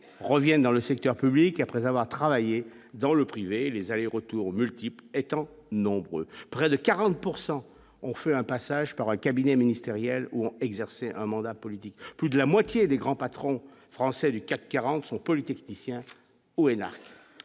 reviennent dans le secteur public, après avoir travaillé dans le privé, les allers-retours multiple étant près de 40 pourcent on fait un passage par un cabinet ministériel ou ont exercé un mandat politique, plus de la moitié des grands patrons français du CAC 40 sont polytechniciens ou énarques